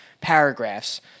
paragraphs